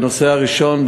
בנושא הראשון,